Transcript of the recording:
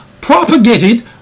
propagated